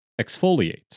Exfoliate